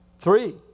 Three